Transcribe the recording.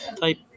type